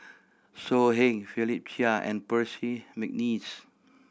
So Heng Philip Chia and Percy McNeice